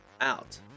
out